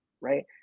right